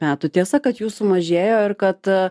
metų tiesa kad jų sumažėjo ir kad